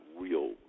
real